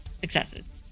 successes